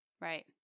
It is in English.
right